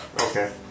Okay